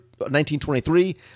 1923